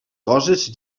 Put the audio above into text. coses